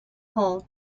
home